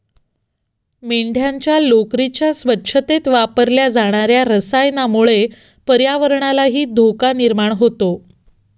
मेंढ्यांच्या लोकरीच्या स्वच्छतेत वापरल्या जाणार्या रसायनामुळे पर्यावरणालाही धोका निर्माण होतो